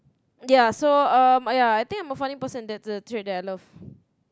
ya so um ya I think I'm a funny person that's a trait that I love